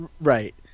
Right